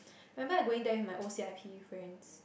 remember I going there with my O_C_I_P friends